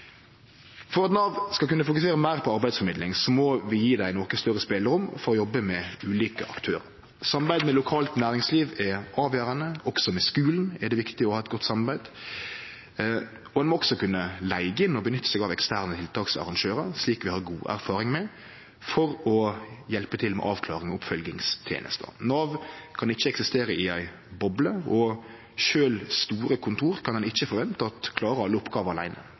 For at Nav skal kunne fokusere meir på arbeidsformidling må vi gje dei noko større spelerom for å jobbe med ulike aktørar. Samarbeid med lokalt næringsliv er avgjerande. Også med skulen er det viktig å ha eit godt samarbeid, og ein må også kunne leige inn og nytte seg av eksterne tiltaksarrangørar, slik vi har god erfaring med, for å hjelpe til med avklaring og oppfølgingstenester. Nav kan ikkje eksistere i ei boble, og ein kan ikkje forvente at sjølv store kontor klarer alle oppgåver